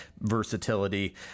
versatility